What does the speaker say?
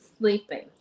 Sleeping